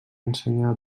ensenyà